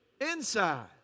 inside